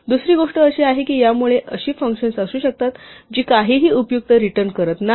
दुसरी गोष्ट अशी आहे की यामुळे अशी फंक्शन्स असू शकतात जी काहीही उपयुक्त रिटर्न करत नाहीत